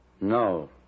No